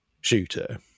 shooter